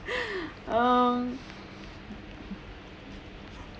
um